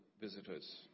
visitors